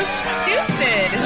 stupid